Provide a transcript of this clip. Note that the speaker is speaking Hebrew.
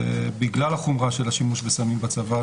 ובגלל החומרה של השימוש בסמים בצבא,